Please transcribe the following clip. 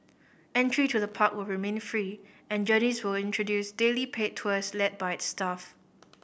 entry to the park will remain free and Journeys will introduce daily paid tours led by its staff